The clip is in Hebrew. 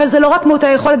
אבל זה לא רק מעוטי יכולת,